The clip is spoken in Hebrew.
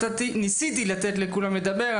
ניסיתי לתת לכולם לדבר.